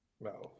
No